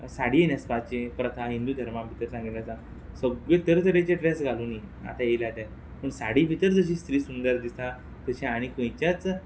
साडी न्हेंसपाची प्रथा हिंदू धर्मा भितर सांगिल्ली आसा सगळे तरतरेचे ड्रॅस घालुनी आतां येयल्या ते पूण साडी भितर जशी स्त्री सुंदर दिसता तशी आणी खंयच्याच